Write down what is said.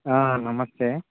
నమస్తే